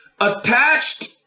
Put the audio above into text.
attached